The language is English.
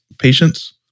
patients